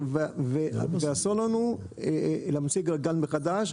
ואסור לנו להמציא גלגל מחדש,